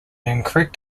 incorrect